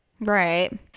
Right